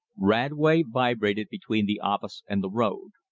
radway vibrated between the office and the road.